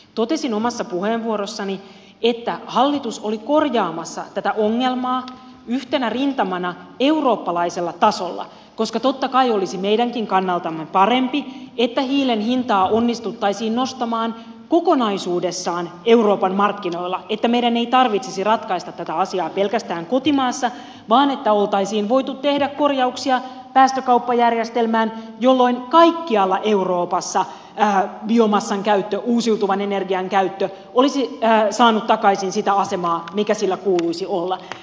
totesin omassa puheenvuorossani että hallitus oli korjaamassa tätä ongelmaa yhtenä rintamana eurooppalaisella tasolla koska totta kai olisi meidänkin kannaltamme parempi että hiilen hintaa onnistuttaisiin nostamaan kokonaisuudessaan euroopan markkinoilla niin että meidän ei tarvitsisi ratkaista tätä asiaa pelkästään kotimaassa vaan olisi voitu tehdä korjauksia päästökauppajärjestelmään jolloin kaikkialla euroopassa biomassan käyttö uusiutuvan energian käyttö olisi saanut takaisin sitä asemaa mikä sillä kuuluisi olla